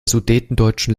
sudetendeutschen